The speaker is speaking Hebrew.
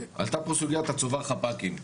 עלתה פה סוגיית צובר חפ"קים.